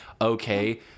okay